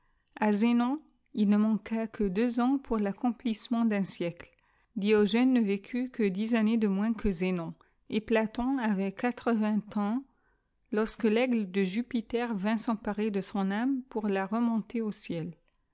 a zenon il ne manqua que deux ikm pour raccompussement d un siècle diogène ne vécut que dix an nées de moins que zenon et platon avait quatre-vingt-un ans lorsque taigle de jupiter vint s'emparer de son ame pour la remonter au ciel